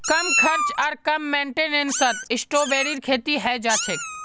कम खर्च आर कम मेंटेनेंसत स्ट्रॉबेरीर खेती हैं जाछेक